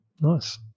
Nice